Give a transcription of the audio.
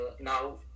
now